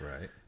Right